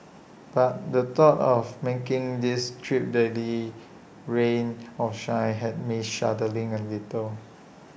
but the thought of making this trip daily rain or shine had me shuddering A little